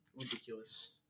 Ridiculous